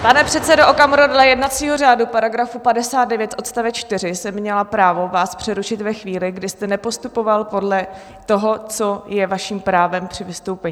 Pane předsedo Okamuro, dle jednacího řádu § 59, odst. 4, jsem měla právo vás přerušit ve chvíli, kdy jste nepostupoval podle toho, co je vaším právem při vystoupení.